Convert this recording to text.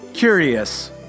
Curious